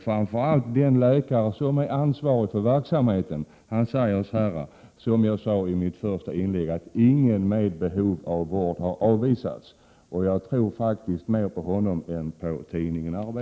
Framför allt har den läkare som har ansvaret för verksamheten sagt, som jag Prot. 1987/88:124 påpekade i mitt första inlägg, att ingen med behov av vård har avvisats. Jag 20 maj 1988 tror faktiskt mera på honom än på tidningen Arbetet.